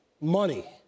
money